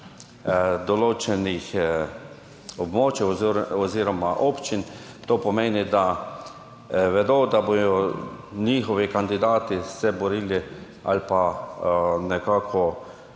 določenih območij oziroma občin, to pomeni, da vedo, da se bodo njihovi kandidati borili ali pa nekako